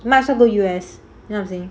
might as well go U_S you know I'm saying